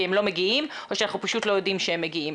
הם לא מגיעים או שאנחנו פשוט לא יודעים שהם מגיעים.